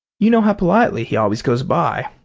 you know how politely he always goes by.